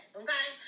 okay